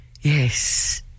yes